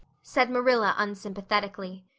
said marilla unsympathetically.